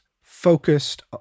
focused